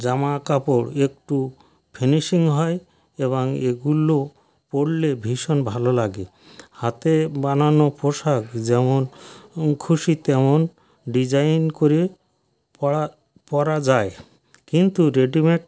জামা কাপড় একটু ফিনিসিং হয় এবং এগুলো পরলে ভীষণ ভালো লাগে হাতে বানানো পোশাক যেমন খুশি তেমন ডিজাইন করে পরা পরা যায় কিন্তু রেডিমেড